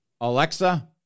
Alexa